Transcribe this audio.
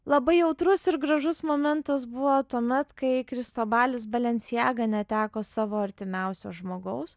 labai jautrus ir gražus momentas buvo tuomet kai kristobalis balenciaga neteko savo artimiausio žmogaus